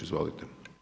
Izvolite.